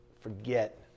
forget